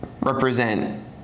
represent